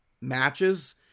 matches